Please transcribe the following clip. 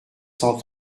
cent